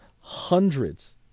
hundreds